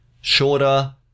shorter